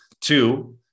two